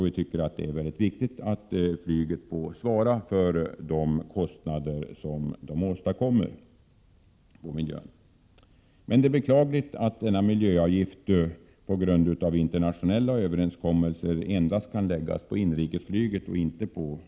Vi tycker det är viktigt att flyget får svara för de kostnader som motsvarar dess miljöpåverkan. Det är beklagligt att denna miljöavgift på grund av internationella överenskommelser endast kan läggas på inrikesflyget.